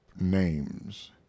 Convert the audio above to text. names